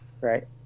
Right